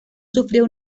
sufrió